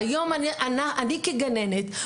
כגננת,